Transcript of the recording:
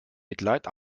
mitleid